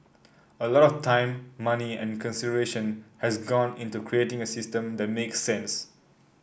a lot of time money and consideration has gone into creating a system that make sense